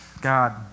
God